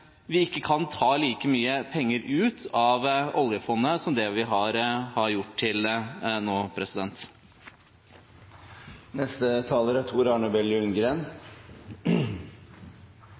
vi ikke kan ta like mye penger ut av oljefondet som vi har gjort til nå.